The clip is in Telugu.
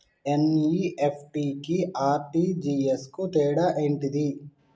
ఎన్.ఇ.ఎఫ్.టి కి ఆర్.టి.జి.ఎస్ కు తేడా ఏంటిది?